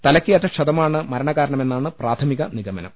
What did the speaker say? തലക്കേറ്റ ക്ഷതമാണ് മരണകാരണമെന്നാണ് പ്രാഥമിക നിഗമനം